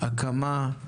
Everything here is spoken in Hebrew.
הקמה,